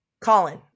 Colin